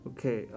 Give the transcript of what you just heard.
Okay